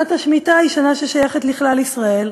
שנת השמיטה היא שנה ששייכת לכלל ישראל,